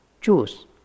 choose